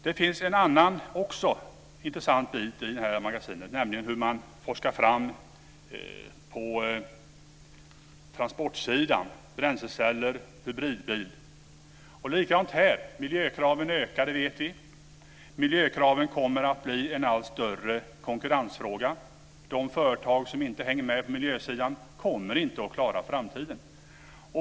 Det finns en annan intressant bit i magasinet, nämligen om hur man på transportsidan forskar fram bränsleceller och hybridbilar. Likadant är det här, miljökraven ökar. Det vet vi. Miljökraven kommer att bli en allt större konkurrensfråga. De företag som inte hänger med på miljösidan kommer inte att klara framtiden.